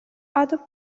other